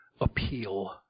appeal